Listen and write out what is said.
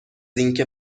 اینکه